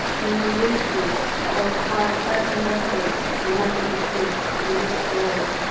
when you read this, our five family members will not exist in this world,